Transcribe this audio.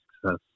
success